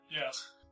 Yes